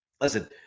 Listen